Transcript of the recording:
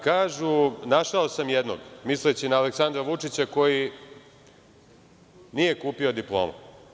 Kažu – našao sam jednog, misleći na Aleksandra Vučića koji nije kupio diplomu.